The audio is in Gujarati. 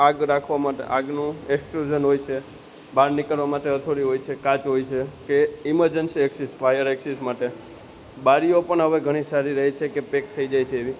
આગ રાખવા માટે આગનું એકસૂજન હોય છે બહાર નીકળવા માટે હથોડી હોય છે કાંચ હોય છે કે ઇમરજન્સી એક્સિસ ફાયર એક્સિસ માટે બારીઓ પણ હવે ઘણી સારી રહી છે કે પેક થઈ જાય છે એવી